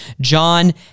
John